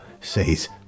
says